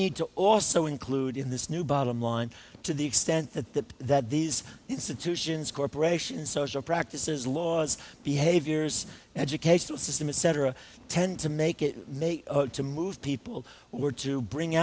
need to also include in this new bottom line to the extent that the that these institutions corporations social practices laws behaviors educational system etc tend to make it mate to move people were to bring